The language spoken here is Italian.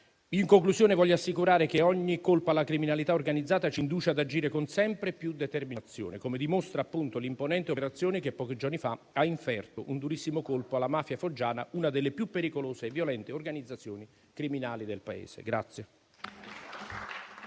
In conclusione, voglio assicurare che ogni colpo alla criminalità organizzata ci induce ad agire con sempre più determinazione, come dimostra l'imponente operazione che pochi giorni ha inferto un durissimo colpo alla mafia foggiana, una delle più pericolose e violente organizzazioni criminali del Paese.